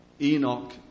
Enoch